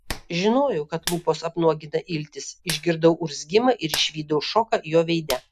žinojau kad lūpos apnuogina iltis išgirdau urzgimą ir išvydau šoką jo veide